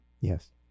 Yes